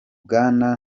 bwana